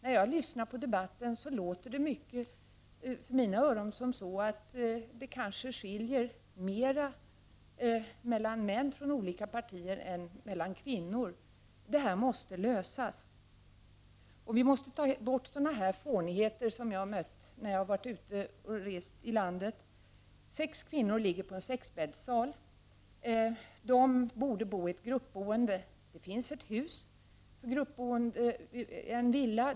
När jag lyssnar på debatten låter det i mina öron som om det kanske skiljer mer mellan män från olika partier än mellan kvinnor. Detta problem måste emellertid lösas. Man måste eliminera sådana fånigheter som jag har stött på vid mina resor i landet. Jag skall nämna följande exempel. Sex kvinnliga patienter ligger på en sexbäddssal. De borde bo i en gruppbostad. Det finns emellertid en villa där detta skulle vara möjligt.